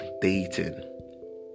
dating